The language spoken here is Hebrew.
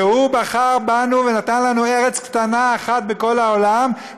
והוא בחר בנו ונתן לנו ארץ קטנה אחת בכל העולם,